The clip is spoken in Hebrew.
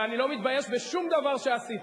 ואני לא מתבייש בשום דבר שעשיתי,